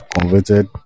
converted